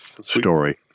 Story